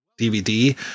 DVD